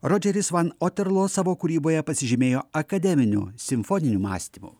rodžeris van oterlo savo kūryboje pasižymėjo akademiniu simfoniniu mąstymu